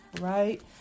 right